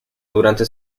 durante